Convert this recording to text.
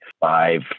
five